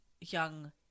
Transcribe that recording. young